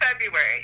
February